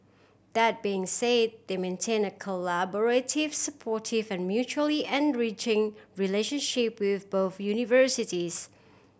that being say they maintain a collaborative supportive and mutually enriching relationship with both universities